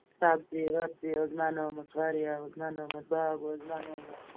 سَبزی وَبزی ٲس بَنٲومٕژ واریاہ بَنٲومٕژ باغ اوس بَنوومُت